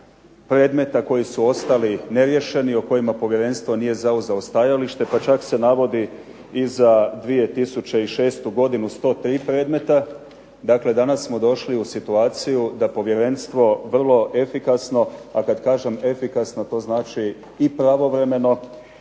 predmeta koji su ostali neriješeni o kojima povjerenstvo nije zauzelo stajalište, pa čak se navodi i za 2006. godinu 103 predmeta, dakle danas smo došli u situaciju da povjerenstvo vrlo efikasno, a kad kažem efikasno to znači i pravovremeno